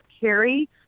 carry